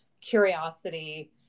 curiosity